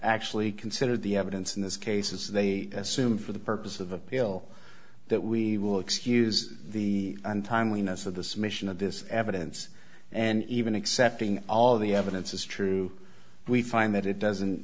actually considered the evidence in this case is they assume for the purpose of appeal that we will excuse the timeliness of this mission of this evidence and even accepting all the evidence is true we find that it doesn't